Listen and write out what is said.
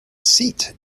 seat